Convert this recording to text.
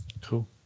Cool